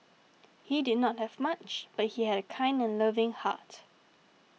he did not have much but he had a kind and loving heart